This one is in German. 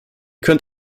könnt